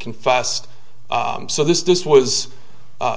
confessed so this this was